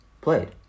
played